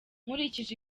nkurikije